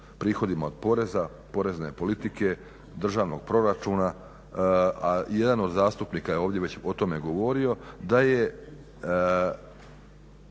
prihodima od poreza, porezne politike, državnog proračuna a jedan od zastupnika je ovdje već o tome govorio da je